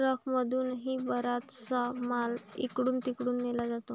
ट्रकमधूनही बराचसा माल इकडून तिकडे नेला जातो